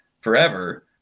forever